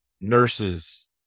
nurses